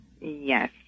Yes